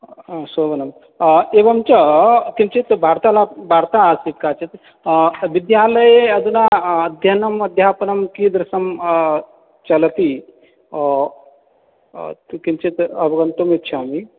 शोभनम् एवञ्च किञ्चित् वार्तालापः वार्ता आसीत् काचित् विद्यालये अधुना अध्ययनम् अध्यापनं कीदृशं चलति किञ्चित् अवगन्तुम् इच्छामि